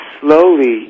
slowly